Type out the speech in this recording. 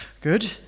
Good